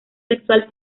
sexual